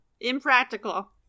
Impractical